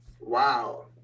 wow